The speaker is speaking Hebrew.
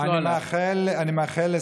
אני מאחל לשר הביטחון,